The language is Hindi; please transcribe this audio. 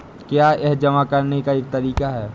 क्या यह जमा करने का एक तरीका है?